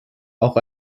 auch